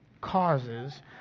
causes